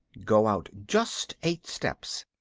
go out just eight steps,